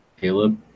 Caleb